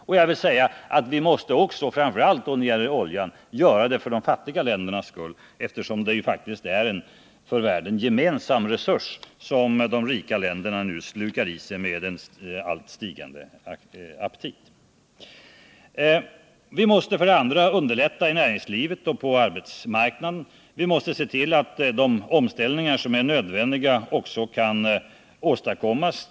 Men framför allt måste vi minska oljeförbrukningen för de fattiga ländernas skull, eftersom det faktiskt rör sig om en för världen gemensam resurs, som de rika länderna nu slukar i sig med en alltmer växande aptit. Vi måste för det andra underlätta för näringslivet och arbetsmarknaden. Vi måste se till att de omställningar som är nödvändiga också kan åstadkommas.